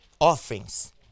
offerings